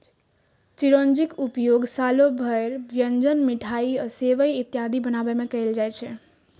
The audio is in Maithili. चिरौंजीक उपयोग सालो भरि व्यंजन, मिठाइ आ सेवइ इत्यादि बनाबै मे कैल जाइ छै